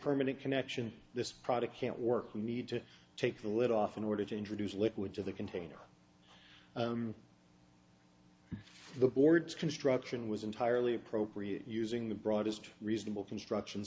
permanent connection this product can't work we need to take the lid off in order to introduce liquid to the container the board's construction was entirely appropriate using the broadest reasonable construction